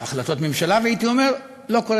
החלטות ממשלה, והייתי אומר: לא קורה